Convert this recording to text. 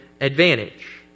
advantage